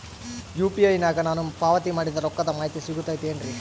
UPI ನಾಗ ನಾನು ಪಾವತಿ ಮಾಡಿದ ರೊಕ್ಕದ ಮಾಹಿತಿ ಸಿಗುತೈತೇನ್ರಿ?